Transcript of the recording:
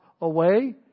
away